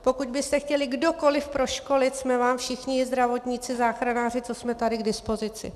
Pokud byste chtěli kdokoliv proškolit, jsme vám všichni zdravotníci, záchranáři, co jsme tady, k dispozici.